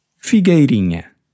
Figueirinha